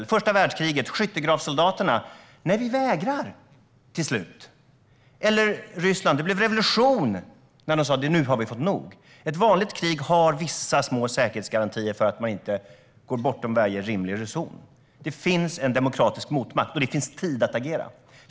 Under första världskriget vägrade skyttegravssoldaterna till slut. I Ryssland blev det revolution när man sa att man hade fått nog. Ett vanligt krig har vissa små säkerhetsgarantier för att man inte ska gå bortom varje rim och reson. Det finns en demokratisk motmakt, och det finns tid att agera.